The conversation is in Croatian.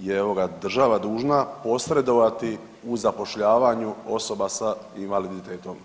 je država dužna posredovati u zapošljavanju osoba sa invaliditetom.